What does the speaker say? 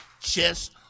chess